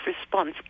response